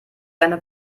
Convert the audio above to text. deine